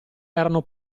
erano